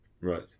right